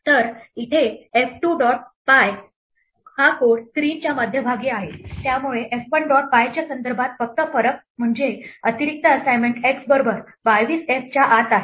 तर इथे f2 dot py हा कोड स्क्रीनच्या मध्यभागी आहे त्यामुळे f 1 डॉट py च्या संदर्भात फक्त फरक म्हणजे अतिरिक्त असाइनमेंट x बरोबर 22 f च्या आत आहे